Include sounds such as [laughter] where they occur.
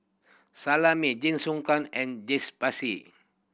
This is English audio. Salami Jingisukan and [unintelligible]